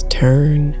turn